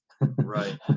Right